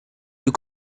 you